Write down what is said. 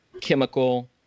chemical